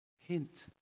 hint